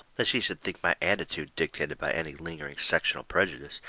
lest he should think my attitude dictated by any lingering sectional prejudice,